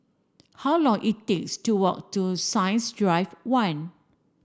how long it takes to walk to Science Drive one